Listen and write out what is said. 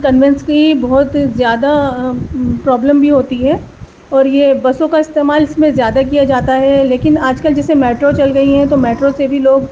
conveyance کی بہت زیادہ پرابلم بھی ہوتی ہے اور یہ بسوں کا استعمال اس میں زیادہ کیا جاتا ہے لیکن آج کل جیسے میٹرو چل گئی ہیں تو میٹرو سے بھی لوگ